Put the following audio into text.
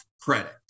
credit